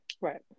right